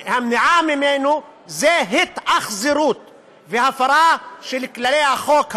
המניעה ממנו היא התאכזרות והפרה של כללי החוק הבין-לאומי.